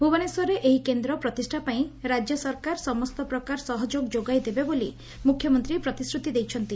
ଭୁବନେଶ୍ୱରରେ ଏହି କେନ୍ଦ ପ୍ରତିଷା ପାଇଁ ରାଜ୍ୟ ସରକାର ସମସ୍ତ ପ୍ରକାର ସହଯୋଗ ଯୋଗାଇ ଦେବେ ବୋଲି ମୁଖ୍ୟମନ୍ତୀ ପ୍ରତିଶ୍ରତି ଦେଇଛନ୍ତି